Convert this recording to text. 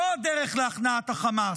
זו הדרך להכנעת החמאס,